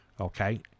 Okay